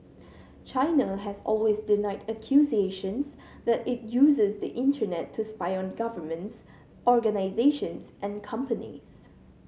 China has always denied accusations that it uses the Internet to spy on governments organisations and companies